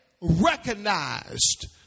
recognized